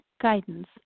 Guidance